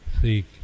seek